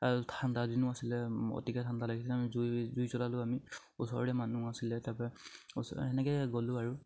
আৰু ঠাণ্ডা দিনো আছিলে অতিকে ঠাণ্ডা লাগিছিলে আমি জুই জুই চলালোঁ আমি ওচৰতে মানুহ আছিলে তাৰপা ওচৰ সেনেকে গ'লোঁ আৰু